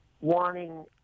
wanting